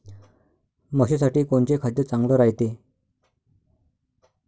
म्हशीसाठी कोनचे खाद्य चांगलं रायते?